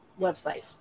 website